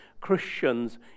Christians